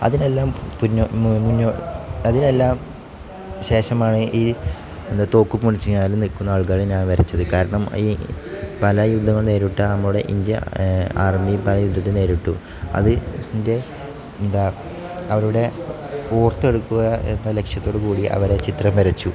അതിനെല്ലാം പിന്നെ അതിനെല്ലാം ശേഷമാണ് ഈ എന്താ തോക്ക് പിടിച്ച് ഞാനും നിൽക്കുന്ന ആൾക്കാരെ ഞാൻ വരച്ചത് കാരണം ഈ പല യുദ്ധങ്ങൾ നേരിട്ട നമ്മുടെ ഇന്ത്യൻ ആർമി പല യുദ്ധത്തിൽ നേരിട്ടു അതിൻ്റെ എന്താ അവരുടെ ഓർത്തെടുക്കുക ലക്ഷ്യത്തോടു കൂടി അവരുടെ ചിത്രം വരച്ചു